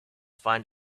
find